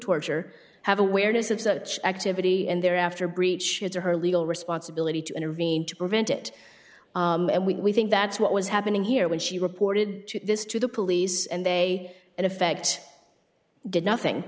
torture have awareness of such activity and thereafter breach his her legal responsibility to intervene to prevent it and we think that's what was happening here when she reported this to the police and they in effect did nothing